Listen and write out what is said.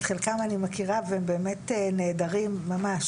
את חלקם אני מכירה והם באמת נהדרים ממש.